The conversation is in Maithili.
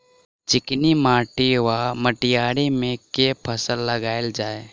चिकनी माटि वा मटीयारी मे केँ फसल लगाएल जाए?